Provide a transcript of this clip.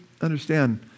understand